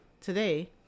Today